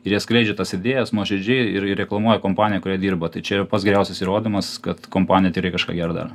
ir jie skleidžia tas idėjas nuoširdžiai ir ir reklamuoja kompaniją kurioje dirba tai čia pats geriausias įrodymas kad kompanija tikrai kažką gero daro